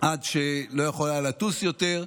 עד שלא יכול היה לטוס יותר.